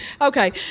okay